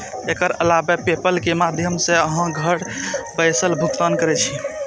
एकर अलावे पेपल के माध्यम सं अहां घर बैसल भुगतान कैर सकै छी